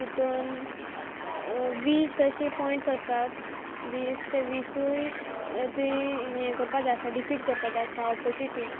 तितून वीस अशे पोयंट्स आसतात वीस ते विसूय तुयें हें कोरपा जाता डिफीट कोरपाचे आसता ऑपोजीट टिमीक